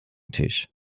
tisch